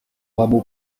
rameau